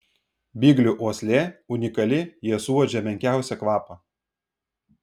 biglių uoslė unikali jie suuodžia menkiausią kvapą